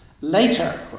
Later